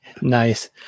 Nice